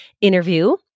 interview